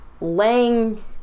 laying